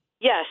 Yes